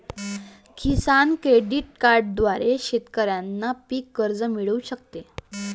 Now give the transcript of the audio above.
किसान credit कार्डद्वारे शेतकऱ्यांना पीक कर्ज मिळू शकते